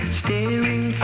staring